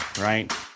right